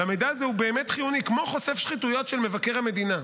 והמידע הזה הוא באמת חיוני כמו חושף שחיתויות של מבקר המדינה,